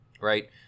right